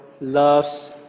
loves